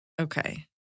Okay